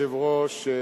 היכל התנ"ך בירושלים,